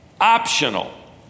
optional